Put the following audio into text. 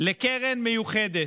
לקרן מיוחדת,